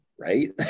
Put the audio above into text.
right